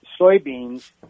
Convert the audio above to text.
soybeans